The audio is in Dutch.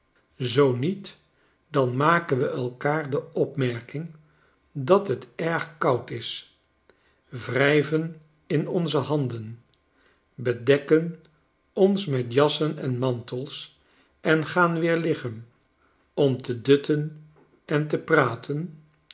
zoo niet dan maken we elkaar de opmerking dat het erg koud is wrijven in ohze handen bedekken ons met jassen en mantels en gaan weer liggen om te dutten en te praten